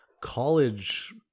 college